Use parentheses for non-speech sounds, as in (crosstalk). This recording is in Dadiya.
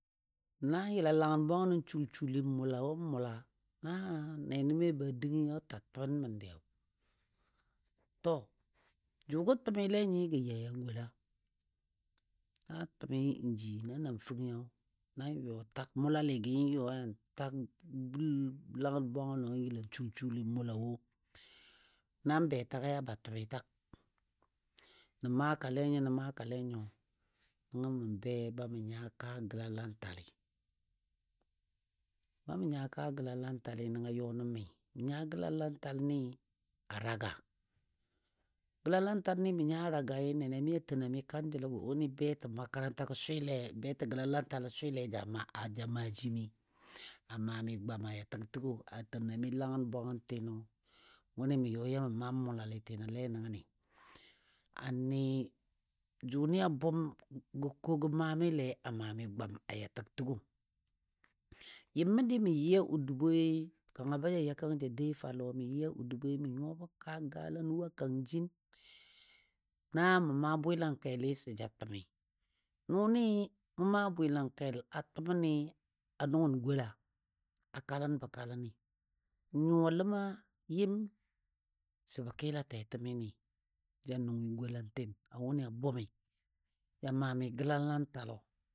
Nan yəla langən bwagəno shulshuli n mʊlawo n mʊla na nɛnɛmi be dəngi a ta tʊmən məndiyo to jʊgɔ tɔmile nyɨ gɔ yai a gɔla. Na tʊmi n ji na namfəngɨyo nan yɔ tag mʊlaligɨ yɔ yan ta gul langən bwangəno n yəlan shulshuli mʊlawo, nan be tagɨ ba tʊmi tag. Nə maakale nyo nən maakale nyo, nəngɔ mə be ba mə nya ka gəlalanteli. Ba mə nya kaa gəlalantalni nəngɔ a yɔ nən məi. Mə nya a gəlalantalni a Raga, gəlalantali mə nya a Ragai nɛnɛmi a tenani wʊni betɔ makaranta swɨle betɔ gəlalantalo swɨle ja maa (hesitation) ja maajimi, a maami gwam ya təg təgɔ. A tena mi langən bwangəntino wʊnɨ mə yɔ ya mə maam mʊlalitinole nəngəni. A nɨ jʊnɨ a bʊmgɔ ko gə maamile a mami gwam ya təg təgɔ. Yɨm məndi məyɨ a oduboi kanga ba ja ya kang ja dai fou lɔ mə yɨ a oduboi mə nyuwabo kaa gaalanwo a kangjin da mə maa bwɨlangkeli sə ja tʊmi. Nʊnɨ mou maa bwɨlangkel a tʊməni a nʊngən gɔla a kalənbo kaləni. N nyuwa ləma yɨm səbo kila tɛtɛmini. Ja nʊngɨ gɔlantin wʊnɨ a bʊmi ja maa mi gəlalantalo.